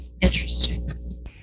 interesting